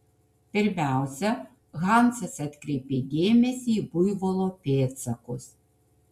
pirmiausia hansas atkreipė dėmesį į buivolo pėdsakus